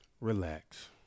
Relax